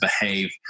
behave